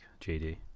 JD